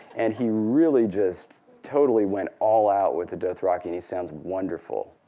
and he really just totally went all out with the dothraki, and he sounds wonderful.